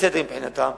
בצדק מבחינתם,